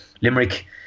Limerick